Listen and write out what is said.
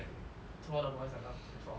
to all the boys I loved before